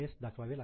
दाखवावे लागेल